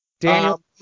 Daniel